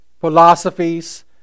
philosophies